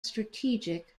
strategic